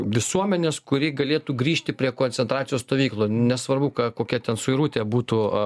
visuomenės kuri galėtų grįžti prie koncentracijos stovyklų nesvarbu ką kokia ten suirutė būtų